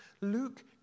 Luke